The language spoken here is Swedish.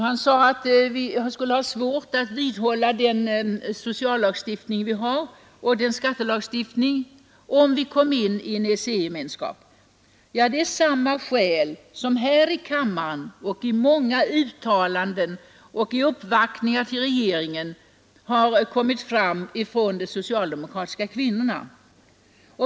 Han sade att vi i en EEC-gemenskap skulle få svårt att vidhålla den sociallagstiftning och skattelagstiftning som vi har. Ja, det är samma skäl som här i kammaren, i många uttalanden och i uppvaktningar till regeringen har kommit fram från de socialdemokratiska kvinnorna.